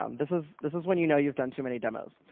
um this is this is when you know you've done too many demos.